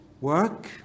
work